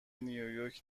نیویورک